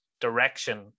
direction